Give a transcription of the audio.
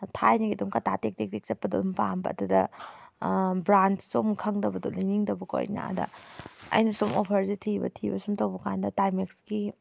ꯊꯥꯏꯅꯒꯤ ꯑꯗꯨꯝ ꯀꯇꯥ ꯇꯦꯛ ꯇꯦꯛ ꯇꯦꯛ ꯆꯠꯄꯗꯣ ꯑꯗꯨꯝ ꯄꯥꯝꯕ ꯑꯗꯨꯗ ꯕ꯭ꯔꯥꯟꯁꯇꯣ ꯑꯃꯨꯛ ꯈꯪꯗꯕꯗꯣ ꯂꯩꯅꯤꯡꯗꯕꯀꯣ ꯑꯩꯅ ꯑꯗ ꯑꯩꯅ ꯁꯨꯝ ꯑꯣꯐꯔꯁꯦ ꯊꯤꯕ ꯊꯤꯕ ꯁꯨꯝ ꯇꯧꯕ ꯀꯥꯟꯗ ꯇꯥꯏꯝꯃꯦꯛꯁꯀꯤ